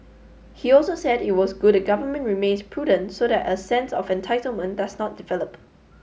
he also said it was good the government remains prudent so that a sense of entitlement does not develop